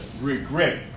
regret